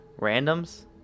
randoms